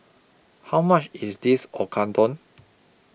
How much IS This Okodon